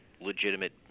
legitimate